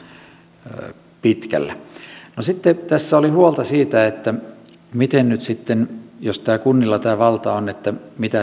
sitten tässä oli huolta siitä että jos kunnilla tämä valta on mitä siitä seuraa